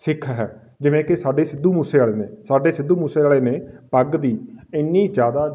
ਸਿੱਖ ਹੈ ਜਿਵੇਂ ਕਿ ਸਾਡੇ ਸਿੱਧੂ ਮੂਸੇਵਾਲੇ ਨੇ ਸਾਡੇ ਸਿੱਧੂ ਮੂਸੇਵਾਲੇ ਨੇ ਪੱਗ ਦੀ ਇੰਨੀ ਜ਼ਿਆਦਾ